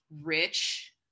rich